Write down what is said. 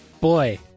boy